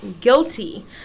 guilty